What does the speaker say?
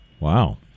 Wow